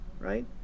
right